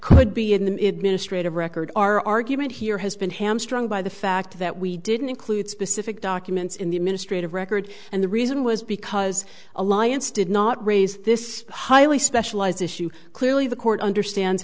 could be in the mid ministre to record our argument here has been hamstrung by the fact that we didn't include specific documents in the administrative record and the reason was because alliance did not raise this highly specialized issue clearly the court understand